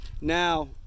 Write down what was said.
Now